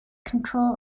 control